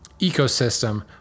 ecosystem